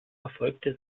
erfolgte